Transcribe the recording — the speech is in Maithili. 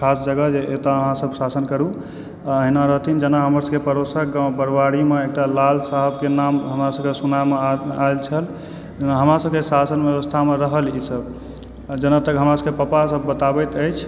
खास जगह जे एतऽ अहाँ सभ शासन करू आ एना रहथिन जेना हमर सभके पड़ोसक गाव बढ़बाड़ीमे एकटा लाल साहबके नाम हमरा सभके सुनैमे आ आयल छल हमरा सभके शासन ब्यबस्थामे रहल ई सभ आ जेना तक हमरा सभक पापा सभ बताबैत अछि